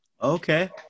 Okay